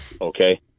okay